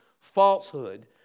falsehood